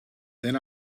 then